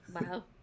Wow